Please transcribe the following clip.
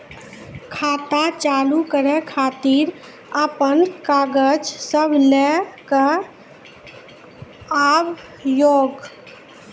खाता चालू करै खातिर आपन कागज सब लै कऽ आबयोक?